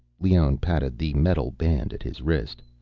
leone patted the metal band at his wrist.